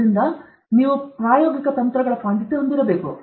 ಆದ್ದರಿಂದ ನೀವು ಪ್ರಾಯೋಗಿಕ ತಂತ್ರಗಳ ಪಾಂಡಿತ್ಯ ಹೊಂದಿರಬೇಕು